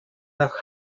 nach